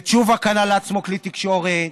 ותשובה קנה לעצמו כלי תקשורת,